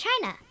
China